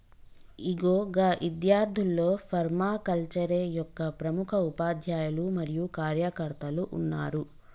ఇగో గా ఇద్యార్థుల్లో ఫర్మాకల్చరే యొక్క ప్రముఖ ఉపాధ్యాయులు మరియు కార్యకర్తలు ఉన్నారు